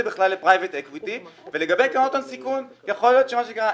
בכלל לפרייבט אקוויטי ולגבי קרנות הון סיכון יכול להיות שמה שקרה,